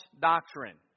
doctrine